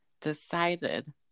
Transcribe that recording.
decided